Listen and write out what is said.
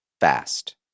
fast